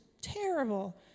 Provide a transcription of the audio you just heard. terrible